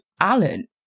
Alan